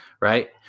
right